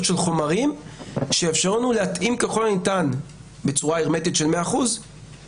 של חומרים שיאפשרו לנו להתאים ככל הניתן בצורה הרמטית את פעילות